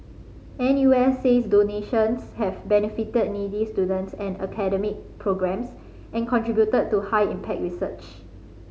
N U S says donations have benefited needy students and academic programmes and contributed to high impact research